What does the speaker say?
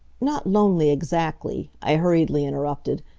not lonely exactly, i hurriedly interrupted,